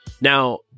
Now